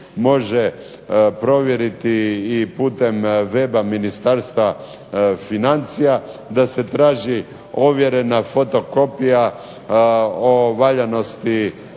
može provjeriti i putem weba Ministarstva financija da se traži ovjerena fotokopija o valjanosti